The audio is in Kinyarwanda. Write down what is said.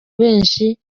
benshi